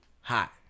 hot